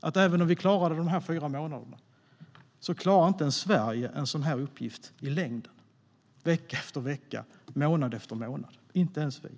att även om Sverige klarade de fyra månaderna klarar inte ens Sverige en sådan uppgift i längden, vecka efter vecka, månad efter månad - inte ens vi.